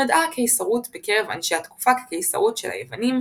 נודעה הקיסרות בקרב אנשי התקופה כקיסרות של היוונים,